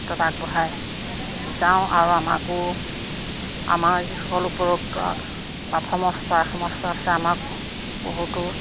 ক্ষেত্ৰত আগবঢ়াই যাওঁ আৰু আমাকো আমাৰ যিসকল আমাক বহুতো